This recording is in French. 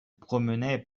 promenait